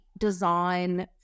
design